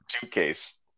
suitcase